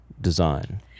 design